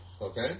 okay